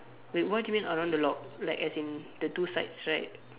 wait what do you mean around the lock like as in the two sides right